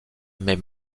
mais